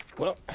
well,